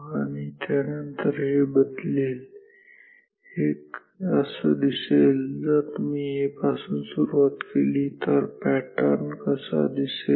तर त्यानंतर हे बदलेल हे असं दिसेल जर तुम्ही A पासून सुरुवात केली तर पॅटर्न कसा दिसेल